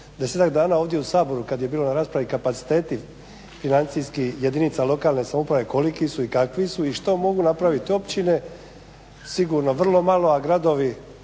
desetak dana ovdje u Saboru kad je bilo na raspravi kapaciteti financijski jedinica lokalne samouprave koliki su i kakvi su i što mogu napraviti općine. Sigurno vrlo malo, a gradovi